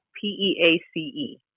P-E-A-C-E